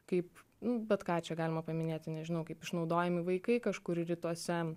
kaip bet ką čia galima paminėti nežinau kaip išnaudojami vaikai kažkur rytuose